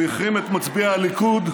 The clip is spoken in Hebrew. הוא החרים את מצביעי הליכוד,